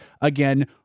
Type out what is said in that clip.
Again